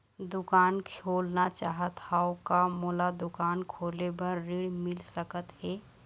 दुकान खोलना चाहत हाव, का मोला दुकान खोले बर ऋण मिल सकत हे?